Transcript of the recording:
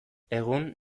egun